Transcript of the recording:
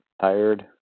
Tired